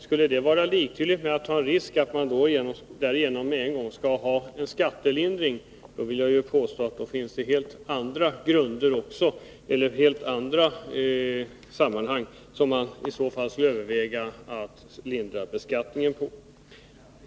Skulle det förhållandet att man tar en risk utan vidare leda till att man får en skattelindring, vill jag påstå att man också i helt andra sammanhang skulle kunna överväga att lindra beskattningen.